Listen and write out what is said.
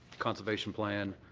conservation plan,